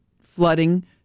flooding